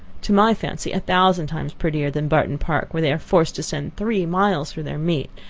to my fancy, a thousand times prettier than barton park, where they are forced to send three miles for their meat,